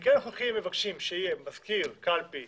במקרה הנוכחי מבקשים שיהיה מזכיר קלפי